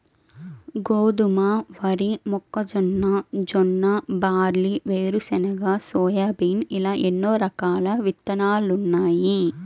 గోధుమ, వరి, మొక్కజొన్న, జొన్న, బార్లీ, వేరుశెనగ, సోయాబీన్ ఇలా ఎన్నో రకాల విత్తనాలున్నాయి